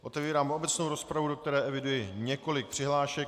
Otevírám obecnou rozpravu, do které eviduji několik přihlášek.